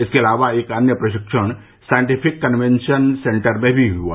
इसके अलावा एक अन्य प्रशिक्षण सांइटिफिक कन्वेंशन सेंटर में भी हुआ